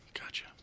gotcha